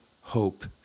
hope